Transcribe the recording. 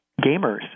gamers